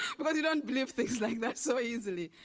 because you don't believe things like that so easily.